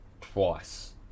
twice